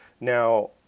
Now